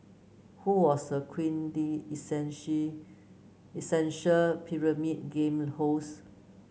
who was the essential Pyramid Game host